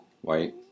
White